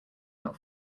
out